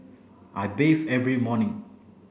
I bathe every morning